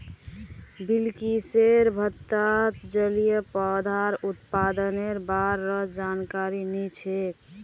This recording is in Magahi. बिलकिसक भारतत जलिय पौधार उत्पादनेर बा र जानकारी नी छेक